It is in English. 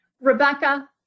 Rebecca